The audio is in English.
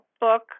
book